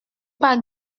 pas